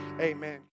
Amen